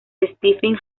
stephen